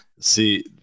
see